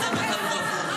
כשהם צועקים לך "מושחת",